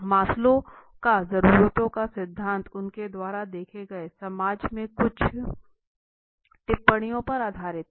Maslow का जरूरतों का सिद्धांत उनके द्वारा देखे गए समाज में कुछ टिप्पणियों पर आधारित था